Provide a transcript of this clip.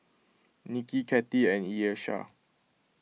Nicki Kathie and Iesha